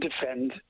defend